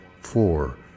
four